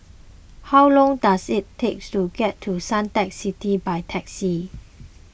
how long does it take to get to Suntec City by taxi